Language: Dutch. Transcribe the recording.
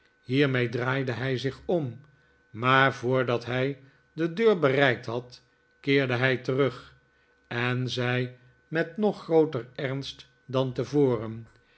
hiermee draaide hij zich om maar voordat hij de deur bereikt had keerde hij terug en zei met nog grooter ernst dan tevoren